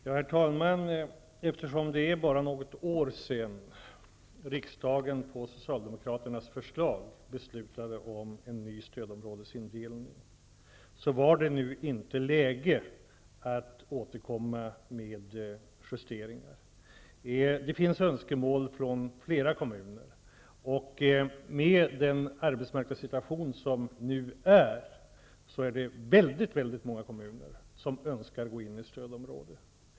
Herr talman! Eftersom det är bara något år sedan som riksdagen på Socialdemokraternas förslag fattade beslut om en ny stödområdesindelning, var det nu inte läge att återkomma med justeringar. I den nuvarande arbetsmarknadssituationen är det väldigt många kommuner som önskar att bli placerade i ett stödområde.